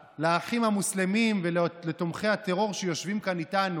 ולומר: איך הקמתם ממשלה חלופית ולא דאגתם גם לתקשורת חלופית,